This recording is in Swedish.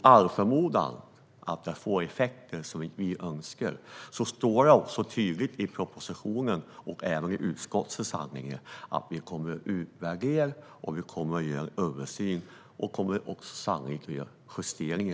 Om detta mot all förmodan får effekter som vi inte önskar står det tydligt i propositionen och även i utskottets handlingar att vi kommer att utvärdera och göra en översyn. Om det behövs kommer vi sannolikt att göra justeringar.